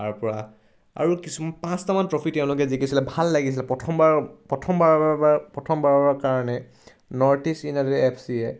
তাৰপৰা আৰু কিছুমান পাঁচটামান ট্ৰফি তেওঁলোকে জিকিছিলে ভাল লাগিছিলে প্ৰথমবাৰ প্ৰথমবাৰৰ প্ৰথম বাৰৰ কাৰণে নৰ্থ ইষ্ট ইউনাইটেড এফ চিয়ে